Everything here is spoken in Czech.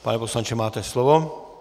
Pane poslanče, máte slovo.